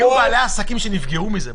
יש לי בני משפחה שחלו בקורונה,